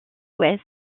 ouest